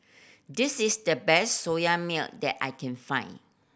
this is the best Soya Milk that I can find